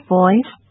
voice